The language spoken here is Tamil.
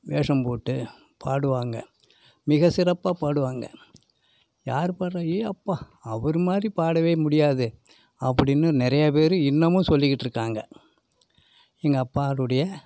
வேஷம் போட்டு பாடுவாங்க மிக சிறப்பாக பாடுவாங்க யார் பாடுறா ஏ அப்பா அவர் மாதிரி பாடவே முடியாது அப்படினு நிறையா பேர் இன்னுமும் சொல்லிக்கிட்டு இருக்காங்க எங்கள் அப்பாருடைய